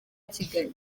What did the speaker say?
kigali